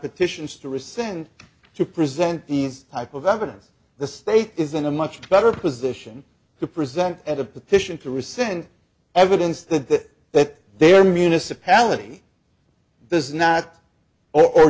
petitions to resend to present these type of evidence the state is in a much better position to preside at a petition to rescind evidence that that that they are municipality does not or